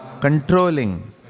controlling